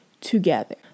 together